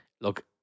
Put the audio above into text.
look